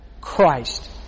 Christ